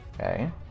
Okay